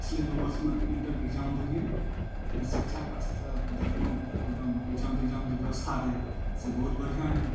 पिछले दू वर्षमे इन्टरके एग्जाम देलियै तैमे शिक्षाके स्तर देखलहुँ एकदम एग्जाम तेगजामके जे व्यवस्था रहै से बहुत बढ़िआँ रहै